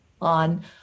on